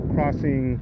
crossing